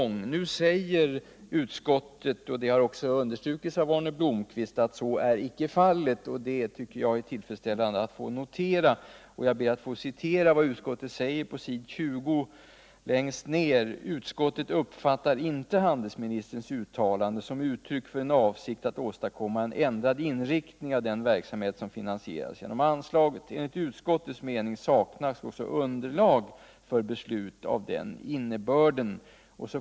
Nu säger utskottet — och det har också understrukits av Arne Blomkvist — att så är icke fallet, och det tycker jag är tillfredsställande att få notera. Jag ber att få citera vad utskottet skriver på s. 20, längst ner: ”Utskottet uppfattar inte handelsministerns uttalande som uttryck för en avsikt att åstadkomma en ändrad inriktning av den verksamhet som finansieras genom anslaget. Enligt utskottets mening saknas också underlag för beslut av den innebörden.